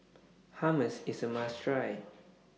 Hummus IS A must Try